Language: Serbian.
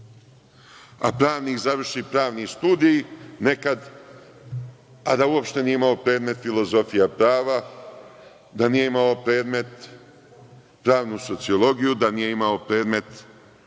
a pravnik završi pravni studij nekad, a da uopšte nije imao predmet filozofija prava, da nije imao predmet pravnu sociologiju, da nije imao predmet